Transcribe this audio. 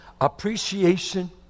appreciation